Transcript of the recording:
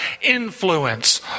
influence